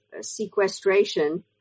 sequestration